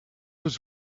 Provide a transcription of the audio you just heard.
was